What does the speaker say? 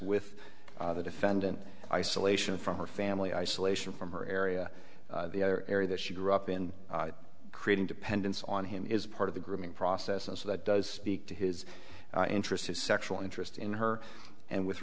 with the defendant isolation from her family isolation from her area the other area that she grew up in creating dependence on him is part of the grooming process and so that does seek to his interest his sexual interest in her and with